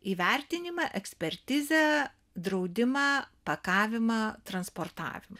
įvertinimą ekspertizę draudimą pakavimą transportavimą